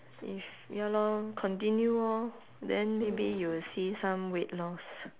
if ya lor continue orh then maybe you will see some weight loss